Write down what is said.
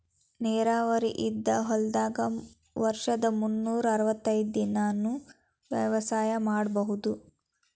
ನೇರಾವರಿ ಇದ್ದ ಹೊಲದಾಗ ವರ್ಷದ ಮುನ್ನೂರಾ ಅರ್ವತೈದ್ ದಿನಾನೂ ವ್ಯವಸಾಯ ಮಾಡ್ಬಹುದು